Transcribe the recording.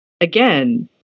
again